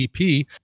EP